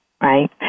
right